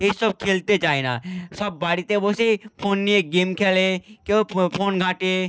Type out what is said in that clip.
এইসব খেলতে চায় না সব বাড়িতে বসেই ফোন নিয়ে গেম খেলে কেউ ফোন ঘাঁটে